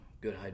good